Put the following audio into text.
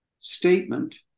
statement